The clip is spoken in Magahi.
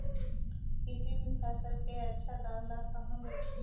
किसी भी फसल के आछा दाम ला कहा बेची?